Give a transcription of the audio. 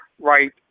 right